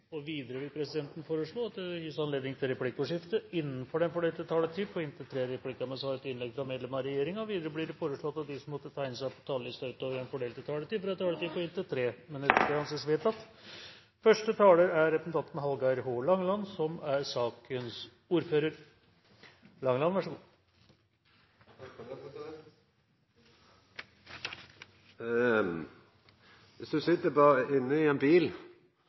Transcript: regjeringen. Videre vil presidenten foreslå at det gis anledning til replikkordskifte på inntil tre replikker med svar etter innlegg fra medlem av regjeringen innenfor den fordelte taletid. Videre blir det foreslått at de som måtte tegne seg på talerlisten utover den fordelte taletid, får en taletid på inntil 3 minutter. – Det anses vedtatt. De forslagene vi behandler i dag, er i hovedsak en